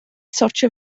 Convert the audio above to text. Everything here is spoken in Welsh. sortio